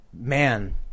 man